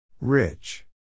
Rich